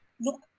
look